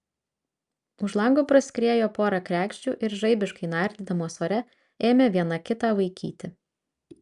už lango praskriejo pora kregždžių ir žaibiškai nardydamos ore ėmė viena kitą vaikyti